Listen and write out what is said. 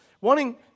Wanting